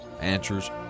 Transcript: answers